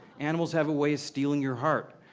animals have a way of stealing your heart.